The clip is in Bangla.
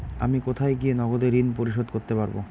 আমি কোথায় গিয়ে নগদে ঋন পরিশোধ করতে পারবো?